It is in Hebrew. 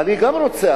אני גם רוצה.